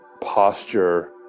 posture